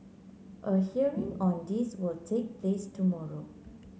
a hearing on this will take place tomorrow